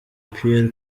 pierre